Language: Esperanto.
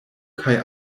kaj